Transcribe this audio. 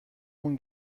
اون